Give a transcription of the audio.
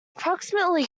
approximately